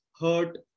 hurt